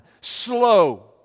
Slow